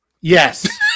Yes